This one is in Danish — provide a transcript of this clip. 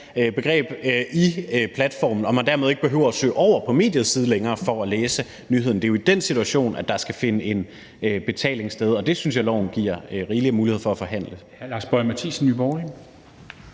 begreb – af platformen, og man dermed ikke behøver at søge over på mediets side længere for at læse nyheden. Det er jo i den situation, at der skal finde en betaling sted, og det synes jeg loven giver rigelig mulighed for at forhandle.